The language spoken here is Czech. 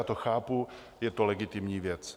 A já to chápu, je to legitimní věc.